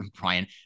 Brian